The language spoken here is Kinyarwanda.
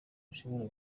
bushobora